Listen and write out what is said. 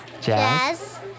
Jazz